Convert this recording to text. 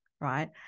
right